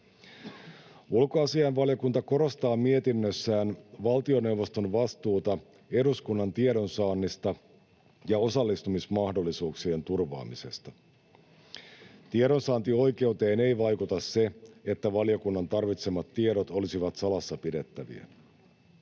Ulkoasiainvaliokunta korostaa mietinnössään valtioneuvoston vastuuta eduskunnan tiedonsaannista ja osallistumismahdollisuuksien turvaamisesta. Tiedonsaantioikeuteen ei vaikuta se, että valiokunnan tarvitsemat tiedot olisivat salassa pidettäviä.